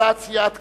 הצעת סיעת קדימה,